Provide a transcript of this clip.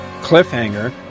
cliffhanger